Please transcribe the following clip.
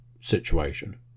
situation